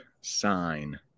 sign